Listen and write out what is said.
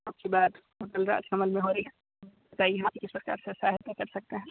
आपकी बात होटल राज कमल में हो रही है बताइए हम आपकी किस प्रकार से सहायता कर सकते हैं